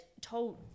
told